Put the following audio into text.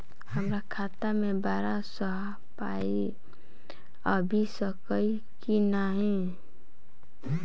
हमरा खाता मे बाहर सऽ पाई आबि सकइय की नहि?